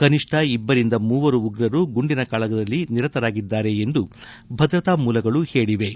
ಕನಿಷ್ಲ ಇಬ್ಲರಿಂದ ಮೂವರು ಉಗ್ರರು ಗುಂಡಿನ ಕಾಳಗದಲ್ಲಿ ನಿರತರಾಗಿದ್ದಾರೆ ಎಂದು ಭದ್ರತಾ ಮೂಲಗಳು ಹೇಳಿವೆ